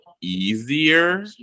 easier